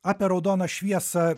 apie raudoną šviesą